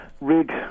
rig